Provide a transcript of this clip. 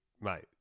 mate